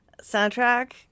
soundtrack